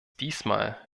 diesmal